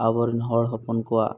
ᱟᱵᱚ ᱨᱮᱱ ᱦᱚᱲ ᱦᱚᱯᱚᱱ ᱠᱚᱣᱟᱜ